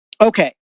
Okay